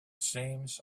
seems